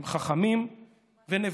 הם חכמים ונבונים,